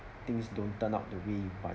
things don't turn out the way you want